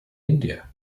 india